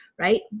right